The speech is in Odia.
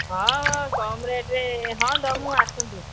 ହଁ ହଁ କମ୍ ରେଟ୍ରେ ହଁ ଦମୁଁ ଆସନ୍ତୁ